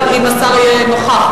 אבל אם השר יהיה נוכח,